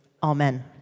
Amen